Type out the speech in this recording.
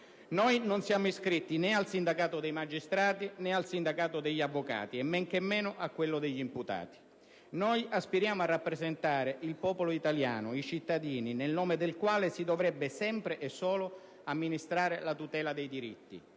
Noi non siamo iscritti né al sindacato dei magistrati né al sindacato degli avvocati e men che meno a quello degli imputati. Noi aspiriamo a rappresentare i cittadini, il popolo italiano, nel nome del quale si dovrebbe sempre e solo amministrare la tutela dei diritti.